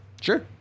Sure